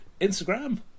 Instagram